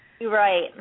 Right